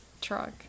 truck